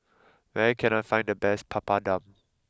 where can I find the best Papadum